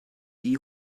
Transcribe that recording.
die